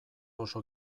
oso